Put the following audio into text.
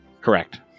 Correct